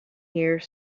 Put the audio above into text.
here